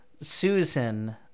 Susan